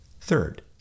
Third